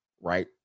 right